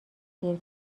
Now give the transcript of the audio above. دیر